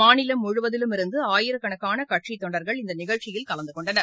மாநிலம் முழுவதிலிருந்தும் ஆயிரக்கணக்னனகட்சித்தொன்டர்கள் இந்தநிகழ்ச்சியில் கலந்தகொண்டனர்